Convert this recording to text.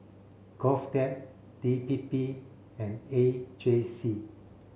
GOVTECH D P P and A J C